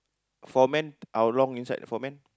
for man how long inside for man